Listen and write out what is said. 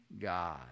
God